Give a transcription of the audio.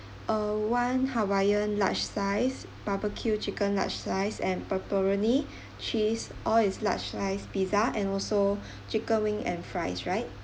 uh one hawaiian large size barbecue chicken large size and pepperoni cheese all is large size pizza and also chicken wing and fries right